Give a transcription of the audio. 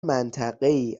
منطقهای